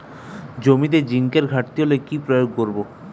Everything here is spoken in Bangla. জমিতে জিঙ্কের ঘাটতি হলে কি প্রয়োগ করব?